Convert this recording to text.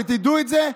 שתדעו את זה.